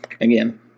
Again